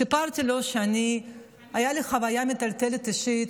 סיפרתי לו שהייתה לי חוויה מטלטלת אישית,